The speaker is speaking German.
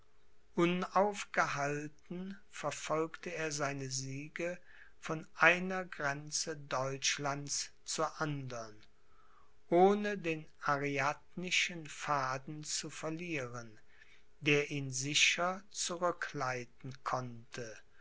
unaufgehalten verfolgte er seine siege von einer grenze deutschlands zur andern ohne den ariadnischen faden zu verlieren der ihn sicher zurückleiten konnte